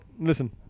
listen